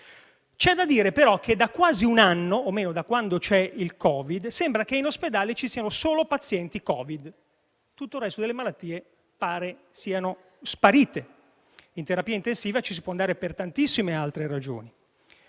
C'è da dire, però, che da quasi un anno, o almeno da quando c'è il Covid, sembra che in ospedale ci siano solo pazienti Covid; tutto il resto delle malattie pare siano sparite. In terapia intensiva ci si può andare per tantissime altre ragioni.